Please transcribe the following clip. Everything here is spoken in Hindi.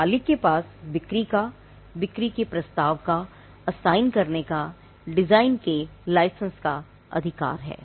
मालिक के पास बिक्री का बिक्री के प्रस्ताव का असाइन करने का और डिजाइन के लाइसेंस का अधिकार है